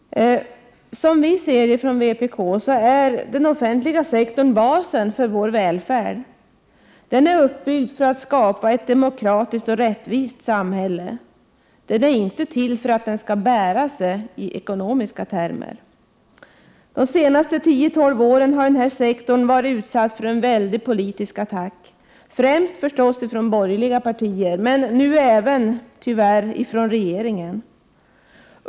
Som vpk ser det är den offentliga sektorn basen för vår välfärd. Den är uppbyggd för att skapa ett demokratiskt och rättvist samhälle. Den är inte till för att bära sig i ekonomiska termer. De senaste tio-tolv åren har denna sektor varit utsatt för en väldig politisk attack, främst förstås från borgerliga partier, men nu även tyvärr även från regeringen.